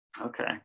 Okay